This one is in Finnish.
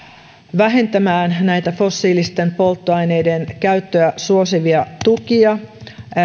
vähentämään fossiilisten polttoaineiden käyttöä suosivia tukia